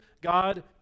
God